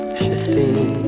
shifting